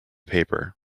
paper